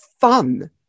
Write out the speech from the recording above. fun